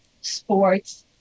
Sports